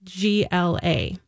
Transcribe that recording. GLA